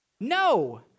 No